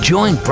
Join